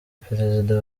perezida